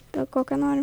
kiekvienas kokią norim